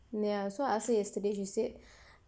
ya so I asked her yesterday she said